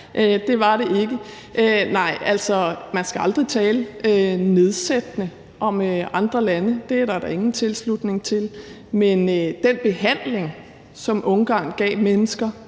det var det ikke. Nej, altså, man skal aldrig tale nedsættende om andre lande – det er der da ingen tilslutning til. Men den behandling, som Ungarn gav mennesker,